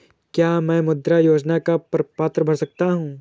क्या मैं मुद्रा योजना का प्रपत्र भर सकता हूँ?